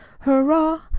hurrah!